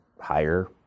higher